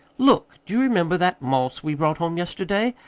look! do you remember that moss we brought home yesterday?